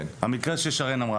המקרה ששרן העלתה